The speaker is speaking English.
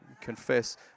confess